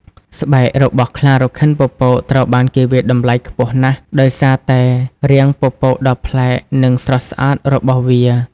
ស្បែក របស់ខ្លារខិនពពកត្រូវបានគេវាយតម្លៃខ្ពស់ណាស់ដោយសារតែ រាងពពកដ៏ប្លែក និងស្រស់ស្អាត របស់វា។